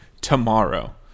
tomorrow